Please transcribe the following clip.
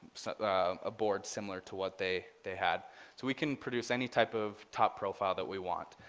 a board similar to what they they had. so we can produce any type of top profile that we want.